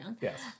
Yes